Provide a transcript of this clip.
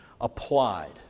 applied